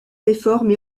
réformes